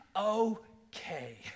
okay